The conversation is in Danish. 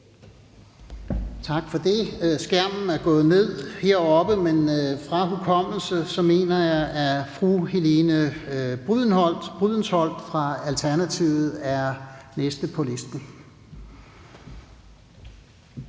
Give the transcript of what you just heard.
Tak for det. Skærmen heroppe er gået ned, men fra hukommelsen mener jeg, at fru Helene Brydensholt fra Alternativet er den næste på listen.